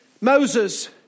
Moses